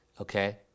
Okay